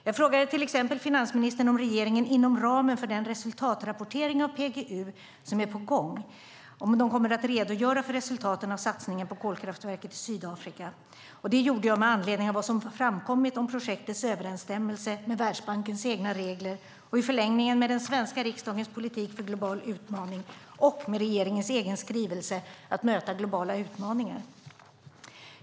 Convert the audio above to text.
Jag frågade till exempel finansministern om regeringen inom ramen för den resultatrapportering av PGU som är på gång kommer att redogöra för resultaten av satsningen på kolkraftverket i Sydafrika. Det gjorde jag med anledning av vad som framkommit om projektets överensstämmelse med Världsbankens egna regler och i förlängningen med den svenska riksdagens politik för globala utmaningar och regeringens egen skrivelse Att möta globala utmaningar .